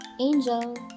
Angel